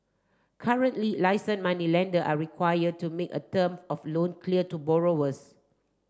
currently licensed moneylender are required to make a term of loan clear to borrowers